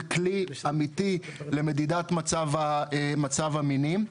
זה כלי אמיתי למדידת מצב המינים.